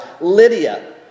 lydia